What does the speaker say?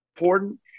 important